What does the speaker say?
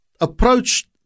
approached